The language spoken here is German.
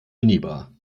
minibar